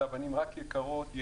לנו אין שוק מקומי, הוא קטן.